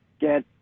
Get